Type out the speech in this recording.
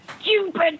stupid